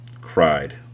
cried